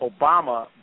Obama